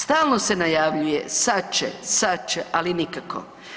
Stalno se najavljuje sad će, sad će, ali nikako.